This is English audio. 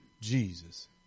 Jesus